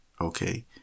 Okay